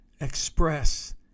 express